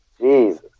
Jesus